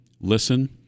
Listen